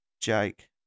Jake